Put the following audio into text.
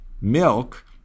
milk